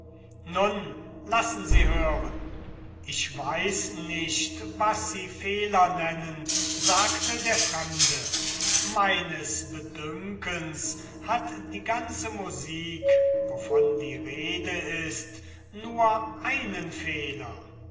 nun laß hören ich weiß nicht was sie fehler nennen sagte der fremde meines bedünkens hat die ganze musik wovon die rede ist nur einen fehler